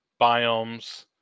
biomes